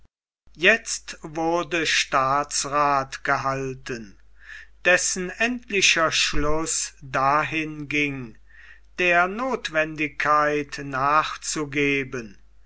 jetzt wurde staatsrath gehalten dessen endlicher schluß dahin ging der notwendigkeit nachzugeben